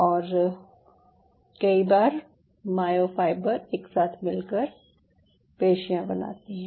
और कई मायोफाइबर एक साथ मिलकर पेशियाँ बनाती हैं